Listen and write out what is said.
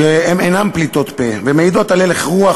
אינן פליטות פה אלא מעידות על הלך הרוח